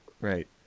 Right